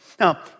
Now